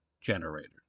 Generator